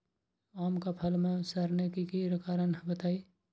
आम क फल म सरने कि कारण हई बताई?